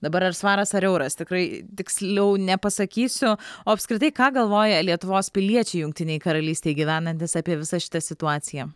dabar ar svaras ar euras tikrai tiksliau nepasakysiu o apskritai ką galvoja lietuvos piliečiai jungtinėj karalystėj gyvenantys apie visą šitą situaciją